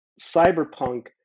cyberpunk